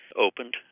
opened